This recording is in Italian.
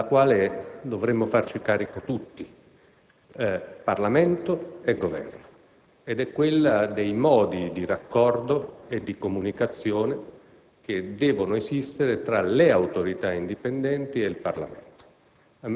della quale dovremmo farci carico tutti, Parlamento e Governo, ed è quella che concerne le modalità di raccordo e di comunicazione che devono esistere tra le Autorità indipendenti e il Parlamento.